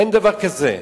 אין דבר כזה,